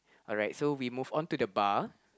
alright so we move on to the bar